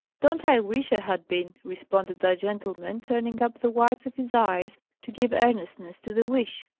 don't i wish i had been! responded that gentleman, turning up the whites of his eyes to give earnestness to the wish.